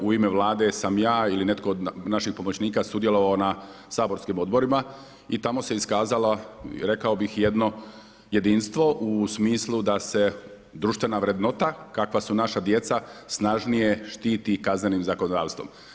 U ime Vlade sam ja ili netko od naših pomoćnika sudjelovao na saborskim odborima i tamo se iskazalo, rekao bih jedno jedinstvo u smislu da se društvena vrednota, kakva su naša djeca, snažnije štiti kaznenim zakonodavstvom.